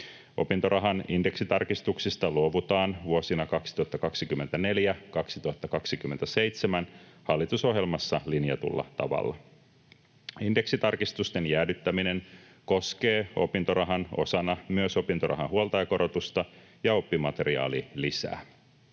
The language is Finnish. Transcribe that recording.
Opintorahan indeksitarkistuksista luovutaan vuosina 2024—2027 hallitusohjelmassa linjatulla tavalla. Indeksitarkistusten jäädyttäminen koskee opintorahan osana myös opintorahan huoltajakorotusta ja oppimateriaalilisää.